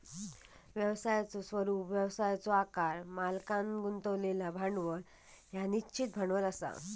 व्यवसायाचो स्वरूप, व्यवसायाचो आकार, मालकांन गुंतवलेला भांडवल ह्या निश्चित भांडवल असा